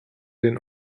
den